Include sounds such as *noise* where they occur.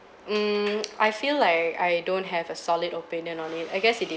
mm *noise* I feel like I don't have a solid opinion on it I guess it depends